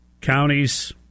counties